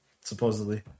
supposedly